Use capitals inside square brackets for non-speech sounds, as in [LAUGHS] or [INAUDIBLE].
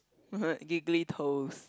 [LAUGHS] giggly toes